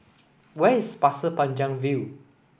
where is Pasir Panjang View